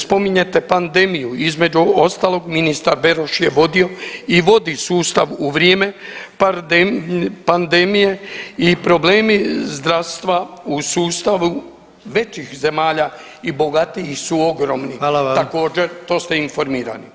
Spominjete pandemiju, između ostalog, ministar Beroš je vodio i vodi sustav u vrijeme pandemije i problemi zdravstva u sustavu većih zemalja i bogatijih su ogromni [[Upadica: Hvala vam.]] Također, to ste informirani.